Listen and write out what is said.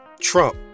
Trump